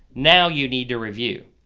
now you need to review.